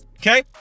okay